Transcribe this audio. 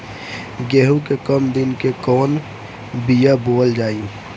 गेहूं के कम दिन के कवन बीआ बोअल जाई?